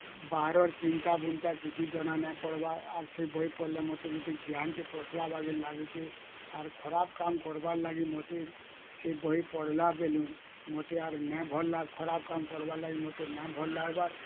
ବାହାରର ଚିନ୍ତାବୁନ୍ତା କିଛି ଜନା ନାଇଁ ପଡ଼୍ବାର୍ ଆର୍ ସେ ବହି ପଢ଼୍ଲେ ମୋତେ ଗୁଟେ ଜ୍ଞାନ୍ଟେ ପଶ୍ଲା୍ ବେଲେ ଲାଗୁଛେ ଆର ଖରାପ୍ କାମ୍ କର୍ବା ଲାଗି ମୋତେ ସେ ବହି ପଢ଼୍ଲା ଵେଲୁ ମୋତେ ଆର୍ ନାଇ ଭଲ୍ ଖରାପ୍ କାମ୍ କର୍ବାର୍ ଲାଗି ମୋତେ ନାଇଁ ଭଲ୍ ଲାଗ୍ବାର୍